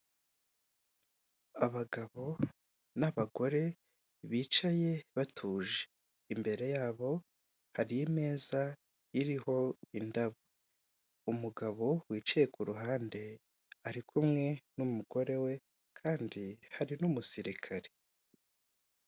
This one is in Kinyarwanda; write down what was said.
Abagabo n'abagore bicaye batuje. Imbere yabo hari imeza iriho indabo, umugabo wicaye ku ruhande ari kumwe n'umugore we kandi hari n'umusirikare.